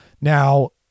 Now